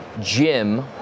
Jim